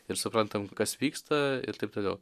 ir suprantam kas vyksta ir taip toliau